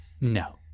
No